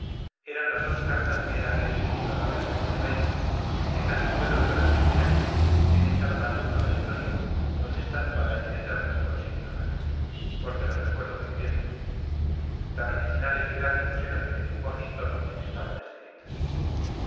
eran las dos cartas que él había dirigido a la reina y al rey y que casi puedo transcribir aquí sin echar mano a la historia donde están para in aeternum consignadas porque las recuerdo muy bien tan originales y gráficos eran el lenguaje y tono en que estaban escritas